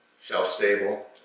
Shelf-stable